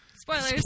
Spoilers